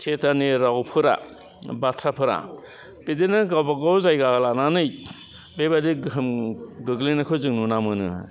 थियाटारनि रावफोरा बाथ्राफोरा बिदिनो गावबागाव जायगा लानानै बेबायदि गोहोम गोग्लैनायखौ जों नुना मोनो